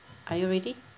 are you ready